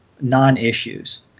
non-issues